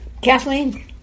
Kathleen